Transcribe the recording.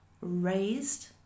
raised